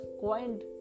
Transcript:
coined